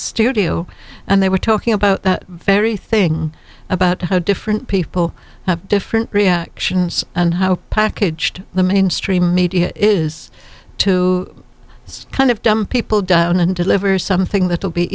studio and they were talking about that very thing about how different people have different reactions and how packaged the mainstream media is to it's kind of dumb people down and deliver something that will be